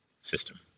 system